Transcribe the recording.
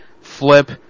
flip